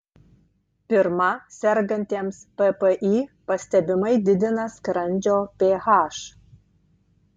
pirma sergantiems ppi pastebimai didina skrandžio ph